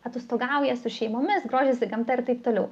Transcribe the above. atostogauja su šeimomis grožisi gamta ir taip toliau